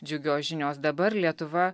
džiugios žinios dabar lietuva